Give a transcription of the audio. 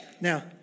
now